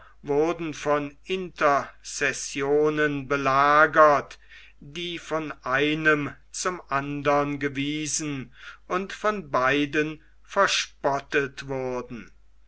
wurden von intercessionen belagert die von einem zum andern gewiesen und von beiden verspottet wurden